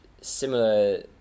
similar